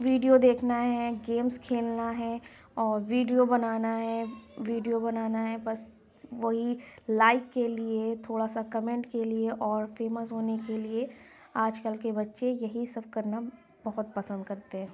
video دیکھنا ہے games کھیلنا ہے اور ویڈیو بنانا ہے ویڈیو بنانا ہے بس وہی لائک کے لیے تھوڑا سا کمنٹ کے لیے اور فیمس ہونے کے لیے آج کل کے بچے یہی سب کرنا بہت پسند کرتے ہیں